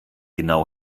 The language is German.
genau